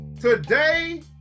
Today